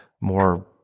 more